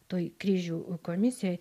toj kryžių komisijoj